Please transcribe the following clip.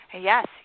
Yes